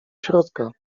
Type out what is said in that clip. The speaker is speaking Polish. środka